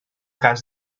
cas